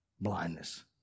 blindness